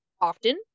often